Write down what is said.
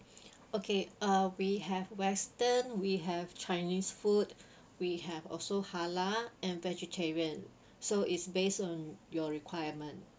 okay uh we have western we have chinese food we have also halal and vegetarian so is based on your requirement